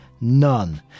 None